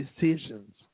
decisions